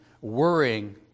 worrying